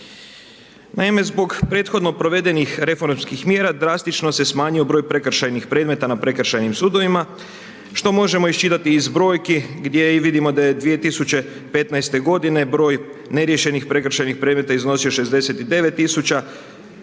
Naime, zbog prethodno provedenih reformskih mjera drastično se smanjio broj prekršajnih predmeta na prekršajnim sudovima što možemo iščitati iz brojki gdje i vidimo da je 2015. godine broj neriješenih prekršajnih predmeta iznosio 69 tisuća